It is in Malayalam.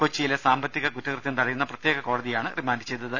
കൊച്ചിയിലെ സാമ്പത്തിക കുറ്റകൃത്യം തടയുന്ന പ്രത്യേക കോടതിയാണ് റിമാന്റ് ചെയ്തത്